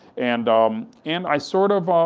and um and i sort of